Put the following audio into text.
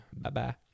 Bye-bye